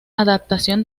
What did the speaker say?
adaptación